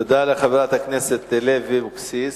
תודה לחברת הכנסת לוי אבקסיס.